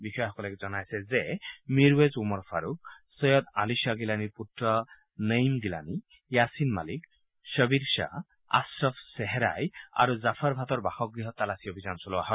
বিষয়াসকলে জনাইছে যে মীৰৱেজ ওমৰ ফাৰুক চৈয়দ আলি শ্বাহ গিলানীৰ পুত্ৰ নয়ীম গিলানী য়াছিন মালিক শ্ববীৰ শ্বাহ আশ্ৰাফ চেহৰাই আৰু জাফাৰ ভাটৰ বাসগৃহত তালচী অভিযান চলোৱা হয়